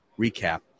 recap